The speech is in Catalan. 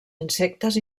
insectes